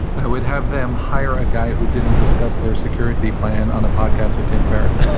i would have them hire a guy who didn't discuss their security plan on a podcast with tim ferriss,